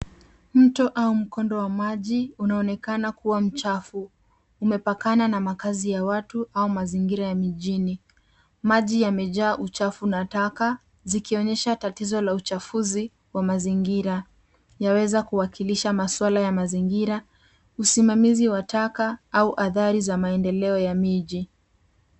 Mto au mkondo wa maji, unaonekana kuwa mchafu. Umepakana na makazi ya watu, au mazingira ya mijini. Maji yamejaa uchafu na taka, zikionyesha tatizo la uchafuzi, wa mazingira. Yaweza kuwakilisha masuala ya mazingira, usimamizi wa taka, au athari za maendeleo ya miji.